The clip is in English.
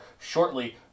shortly